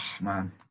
man